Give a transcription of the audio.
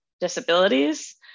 disabilities